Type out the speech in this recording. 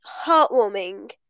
Heartwarming